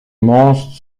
monstres